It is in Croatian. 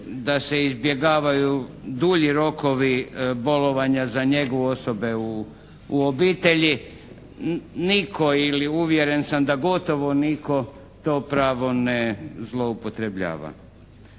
da se izbjegavaju dulji rokovi bolovanja za njegu osobe u obitelji. Nitko ili uvjeren sam gotovo nitko to pravo ne zloupotrebljava.